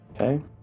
Okay